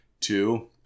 Two